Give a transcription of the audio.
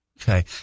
Okay